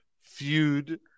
feud